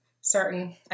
certain